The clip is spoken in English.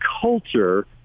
culture